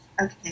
Okay